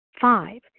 five